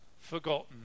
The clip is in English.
forgotten